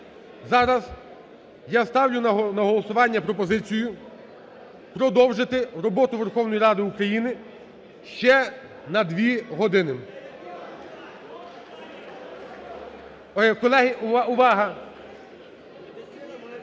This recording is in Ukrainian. Зараз я ставлю на голосування пропозицію продовжити роботу Верховної Ради України ще на дві години.